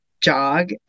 jog